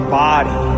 body